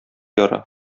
яра